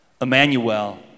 Emmanuel